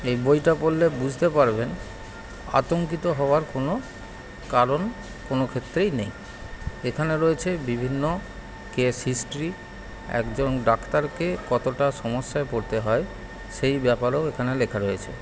এই বইটা পড়লে বুঝতে পারবেন আতঙ্কিত হওয়ার কোনও কারণ কোনও ক্ষেত্রেই নেই এখানে রয়েছে বিভিন্ন কেস হিস্ট্রি একজন ডাক্তারকে কতটা সমস্যায় পড়তে হয় সেই ব্যাপারেও এখানে লেখা রয়েছে